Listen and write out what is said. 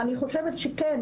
ואני חושבת שכן,